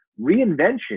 Reinvention